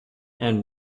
have